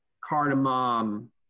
cardamom